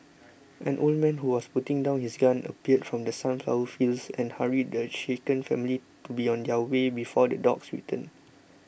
an old man who was putting down his gun appeared from the sunflower fields and hurried the shaken family to be on their way before the dogs return